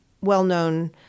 well-known